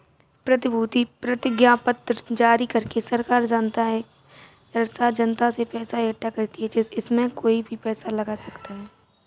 प्रतिभूति प्रतिज्ञापत्र जारी करके सरकार जनता से पैसा इकठ्ठा करती है, इसमें कोई भी पैसा लगा सकता है